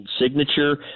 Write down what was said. signature